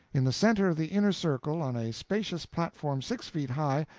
in the center of the inner circle, on a spacious platform six feet high,